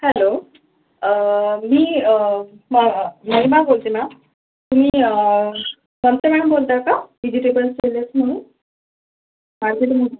hello मी म महिमा बोलते मॅम तुम्ही ममता मॅडम बोलत आहे का वेजिटेबल सेलर्स म्हणून मार्केटमधून